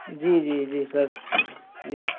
جی جی جی سر جی